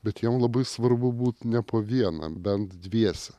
bet jom labai svarbu būti ne po vieną bent dviese